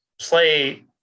play